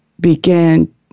began